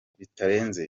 bitarenze